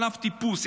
ענף טיפוס,